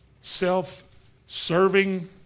self-serving